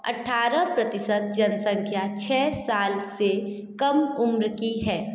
अठारह प्रतिशत जनसँख्या छ साल से कम उम्र की है